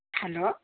hello